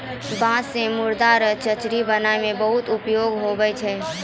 बाँस से मुर्दा रो चचरी बनाय मे बहुत उपयोगी हुवै छै